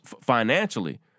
financially